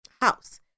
house